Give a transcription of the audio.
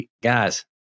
Guys